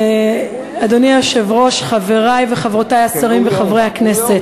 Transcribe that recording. אדוני היושב-ראש, חברי וחברותי השרים וחברי הכנסת,